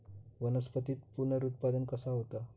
वनस्पतीत पुनरुत्पादन कसा होता?